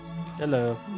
Hello